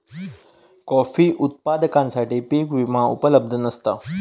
coffee उत्पादकांसाठी पीक विमा उपलब्ध नसता